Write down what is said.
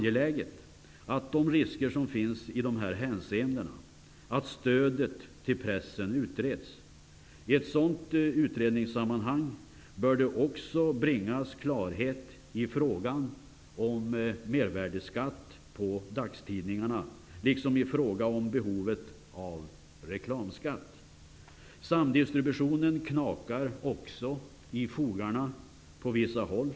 Genom de risker som finns i dessa hänseenden är det angeläget att stödet till pressen utreds. I ett sådant utredningssammanhang bör det också bringas klarhet i fråga om mervärdesskatt på dagstidningar liksom i fråga om behovet av reklamskatt. Samdistributionen knakar i fogarna på vissa håll.